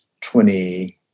20